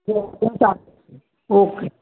okay